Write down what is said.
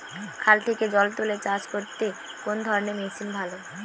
খাল থেকে জল তুলে চাষ করতে কোন ধরনের মেশিন ভালো?